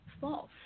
false